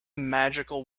magical